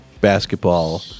basketball